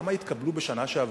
כמה התקבלו בשנה שעברה?